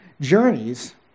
journeys